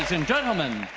and gentlemen,